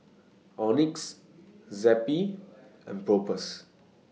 Oxy Zappy and Propass